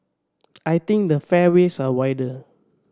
I think the fairways are wider